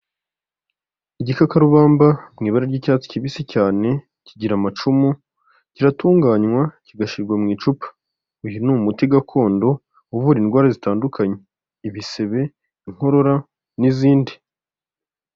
Igikakarubamba mu ibara ry'icyatsi kibisi cyane, kigira amacumu, kiratunganywa kigashirwa mu icupa, uyu ni umuti gakondo uvura indwara zitandukanye: ibisebe, inkorora, n'izindi.